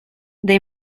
they